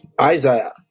Isaiah